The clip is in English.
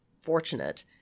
fortunate